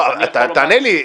תענה לי.